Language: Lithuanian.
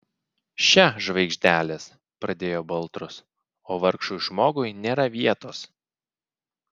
še žvaigždelės pradėjo baltrus o vargšui žmogui nėra vietos